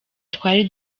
twari